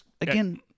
again